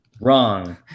Wrong